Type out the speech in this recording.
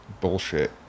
bullshit